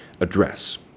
address